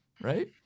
Right